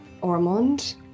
Ormond